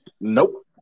Nope